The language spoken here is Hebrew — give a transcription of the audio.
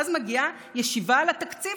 ואז מגיעה ישיבה על התקציב.